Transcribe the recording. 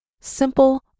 Simple